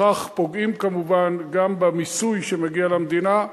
בכך פוגעים כמובן גם במיסוי שמגיע למדינה,